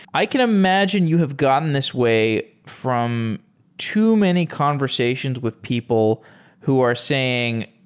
i can imagine you have gotten this way from too many conversations with people who are saying,